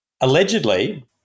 Allegedly